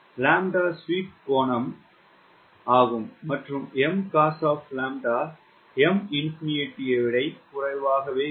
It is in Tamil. லாம்ப்டா ஸ்வீப் கோணம் ஆகும் மற்றும் Mcos of λ M ஐ விட குறைவாக இருக்கும்